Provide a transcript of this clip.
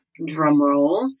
drumroll